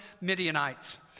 Midianites